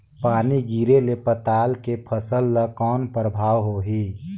पानी गिरे ले पताल के फसल ल कौन प्रभाव होही?